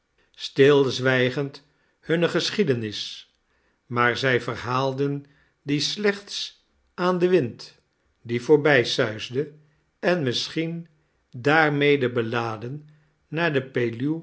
stilzwijgend hunne geschiedenis maar zij verhaalden die slechts aan den wind die voorbij suisde en misschien daarmede beladen naar de